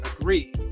agree